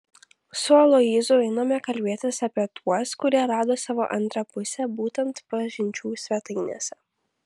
su aloyzu einame kalbėtis apie tuos kurie rado savo antrą pusę būtent pažinčių svetainėse